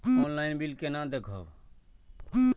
Online bill केना देखब?